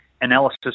analysis